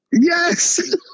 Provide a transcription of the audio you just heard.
Yes